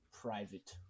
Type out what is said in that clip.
private